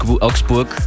Augsburg